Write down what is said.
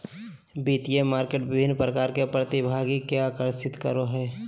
वित्तीय मार्केट विभिन्न प्रकार के प्रतिभागि के आकर्षित करो हइ